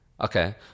Okay